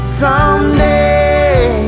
someday